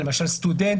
זה למשל סטודנט